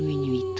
you